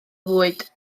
fwyd